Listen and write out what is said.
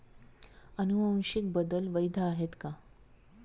अनुवांशिक बदल वैध आहेत का?